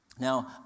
Now